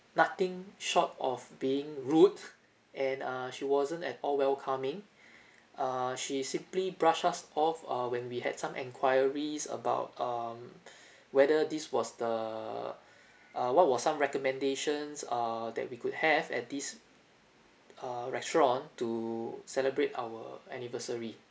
nothing short of being rude and uh she wasn't at all welcoming err she simply brush us off uh when we had some enquiries about um whether this was the uh what was some recommendations err that we could have at this uh restaurant to celebrate our anniversary